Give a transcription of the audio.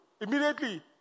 immediately